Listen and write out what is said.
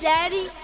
Daddy